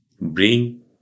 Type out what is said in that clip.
bring